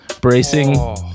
bracing